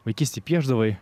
vaikystėj piešdavai